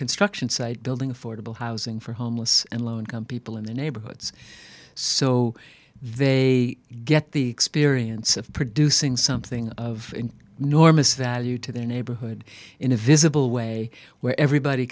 construction site building affordable housing for homeless and low income people in the neighborhoods so they get the experience of producing something of an enormous value to the neighborhood in a visible way where everybody